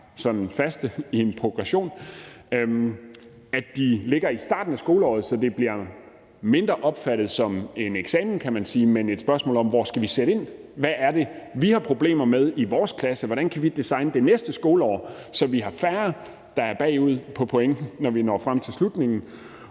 sådan faste i en progression. For det andet ligger de i starten af skoleåret, så de mindre bliver opfattet som en eksamen, kan man sige, men et spørgsmål om, hvor vi skal sætte ind, hvad det er, vi har problemer med i vores klasse, hvordan vi kan designe det næste skoleår, så vi har færre, der er bagud på point, når vi når frem til slutningen,